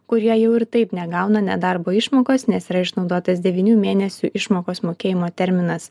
kurie jau ir taip negauna nedarbo išmokos nes yra išnaudotas devynių mėnesių išmokos mokėjimo terminas